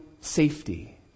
safety